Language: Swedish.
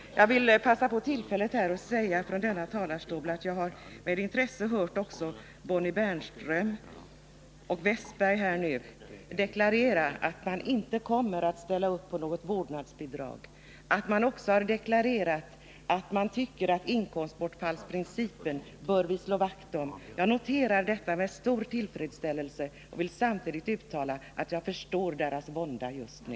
Jag vill passa på tillfället att från denna talarstol säga att jag med intresse har hört Bonnie Bernström och Olle Wästberg i Stockholm deklarera att de inte kommer att ställa upp på något vårdnadsbidrag. De har också deklarerat att vi bör slå vakt om inkomstbortfallsprincipen. Jag noterar detta med stor tillfredsställelse och vill samtidigt uttala att jag förstår deras vånda just nu.